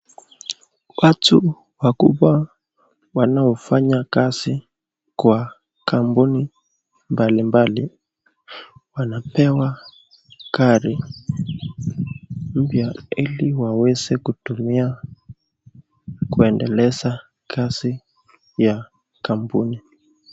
Watu wakubwa wanaofanya kazi kwa kampuni mbalimbali wanapewa gari mpya ili waweze kutumia kuendeleza kazi ya kampuni.